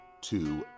two